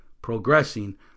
progressing